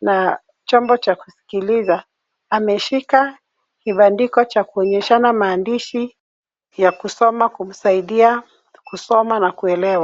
na chombo cha kusikiliza. Ameshika kibandiko cha kuonyeshana maandishi ya kusoma kumsaidia kusoma na kuelewa.